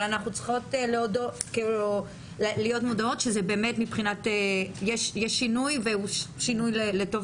אבל אנחנו צריכות להיות מודעות שבאמת יש שינוי והוא לטובה,